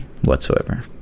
whatsoever